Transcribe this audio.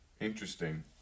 Interesting